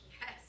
Yes